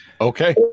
Okay